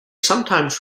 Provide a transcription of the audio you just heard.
sometimes